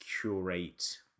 curate